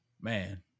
man